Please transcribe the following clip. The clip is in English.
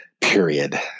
period